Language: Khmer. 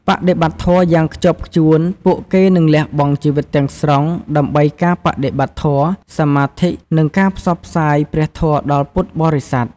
បដិបត្តិធម៌យ៉ាងខ្ជាប់ខ្ជួន ពួកគេនឹងលះបង់ជីវិតទាំងស្រុងដើម្បីការបដិបត្តិធម៌ សមាធិ និងការផ្សព្វផ្សាយព្រះធម៌ដល់ពុទ្ធបរិស័ទ។